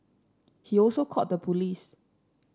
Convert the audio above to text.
he also called the police